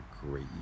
great